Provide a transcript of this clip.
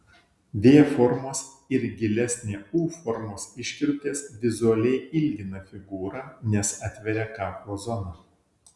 v formos ir gilesnė u formos iškirptės vizualiai ilgina figūrą nes atveria kaklo zoną